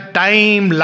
time